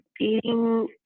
eating